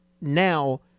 now